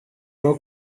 rwo